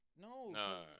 No